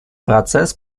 процесс